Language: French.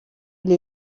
elle